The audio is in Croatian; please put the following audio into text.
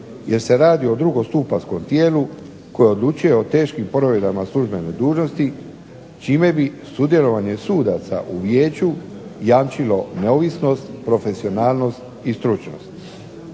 jer se radi o drugostupanjskom tijelu koje odlučuje o teškim povredama službene dužnosti čime bi sudjelovanje sudaca u vijeću jamčilo neovisnost, profesionalnost i stručnost.